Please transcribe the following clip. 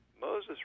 Moses